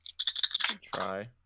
Try